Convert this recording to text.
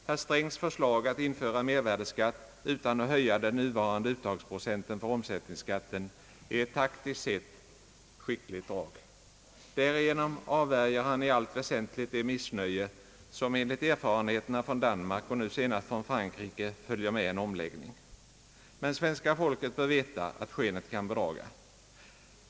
Herr Strängs förslag att införa mervärdeskatt utan att höja den nuvarande uttagsprocenten för omsättningsskatten är ett taktiskt sett skickligt drag. Därigenom avvärjer han i allt väsentligt det missnöje som enligt erfarenheterna från Danmark och nuv senast från Frankrike följer med en omläggning. Men svenska folket bör veta att skenet kan bedraga.